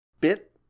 bit